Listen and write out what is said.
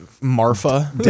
Marfa